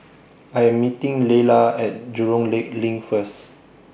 I Am meeting Leala At Jurong Lake LINK First